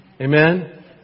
Amen